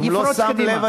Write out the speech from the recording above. אם לא שם לב,